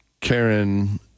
Karen